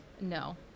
No